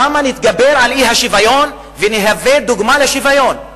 שם נתגבר על האי-שוויון ונהווה דוגמה לשוויון.